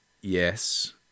yes